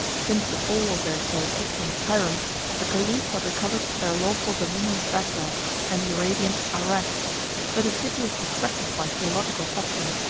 since the fall of their seljukian tyrants the caliphs had recovered their lawful dominion of bagdad and the arabian irak but the city was distracted by theological factions,